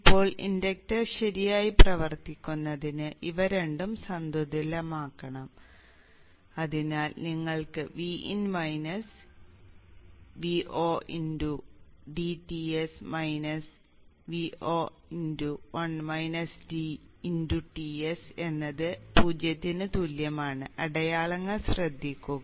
ഇപ്പോൾ ഇൻഡക്ടർ ശരിയായി പ്രവർത്തിക്കുന്നതിന് ഇവ രണ്ടും സന്തുലിതമാക്കണം അതിനാൽ നിങ്ങൾക്ക് Vin - VodTs Vo Ts എന്നത് 0 ന് തുല്യമാണ് അടയാളങ്ങൾ ശ്രദ്ധിക്കുക